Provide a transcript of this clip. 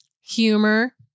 humor